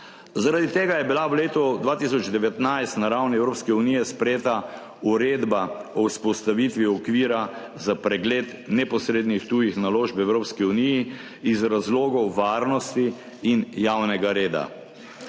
Zaradi tega je bila v letu 2019 na ravni Evropske unije sprejeta Uredba o vzpostavitvi okvira za pregled neposrednih tujih naložb v Evropski uniji iz razlogov varnosti in javnega reda.